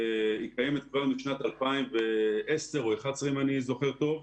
קיימת כבר משנת 2010 או 2011, אם אני זוכר טוב.